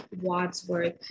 Wadsworth